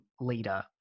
leader